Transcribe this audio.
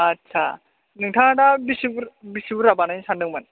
आदसा नोंथाङा दा बेसे बुरजा बानायनो सानदोंमोन